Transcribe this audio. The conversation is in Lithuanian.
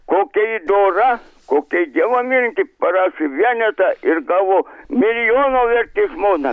kokia ji dora kokia į dievą mylinti parašė vienetą ir gavo milijono vertės žmoną